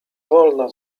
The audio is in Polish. wolna